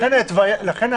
לכן,